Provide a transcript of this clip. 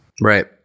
Right